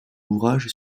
ouvrage